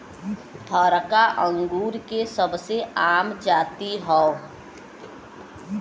हरका अंगूर के सबसे आम जाति हौ